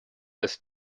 ist